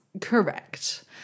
correct